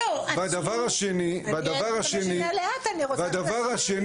והדבר השני --- רגע תקשיבו,